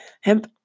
Hemp